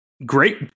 Great